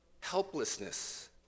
helplessness